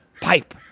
pipe